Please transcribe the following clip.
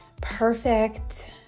perfect